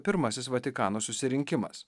pirmasis vatikano susirinkimas